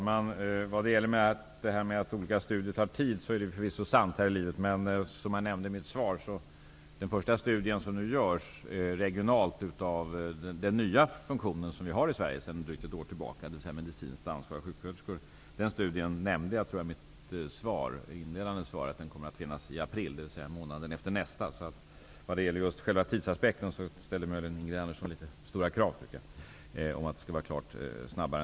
Herr talman! Det är förvisso sant att det tar tid med olika studier. I mitt svar nämnde jag emellertid att den första studien, vilken görs regionalt, av den nya funktion som vi har sedan drygt ett år tillbaka i Sverige, nämligen ''Medicinskt ansvar av sjuksköterskor'', kommer att finnas klar i april. Det är månaden efter nästa månad! Så, i vad gäller tidsaspekten, tycker jag att Ingrid Andersson ställer litet stora krav när hon anser att det skall gå snabbare.